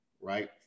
right